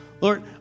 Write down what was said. Lord